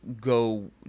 go